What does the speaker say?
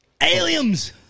Aliens